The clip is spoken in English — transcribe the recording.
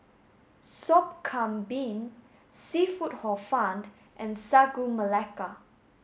Sop Kambing Seafood hor found and Sagu Melaka